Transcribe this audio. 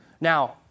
Now